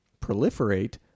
Proliferate